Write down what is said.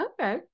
Okay